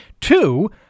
Two